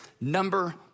number